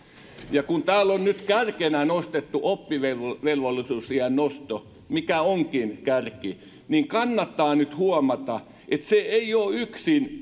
kun täällä on nyt kärkenä nostettu oppivelvollisuusiän nosto mikä onkin kärki niin kannattaa nyt huomata että se ei ole yksin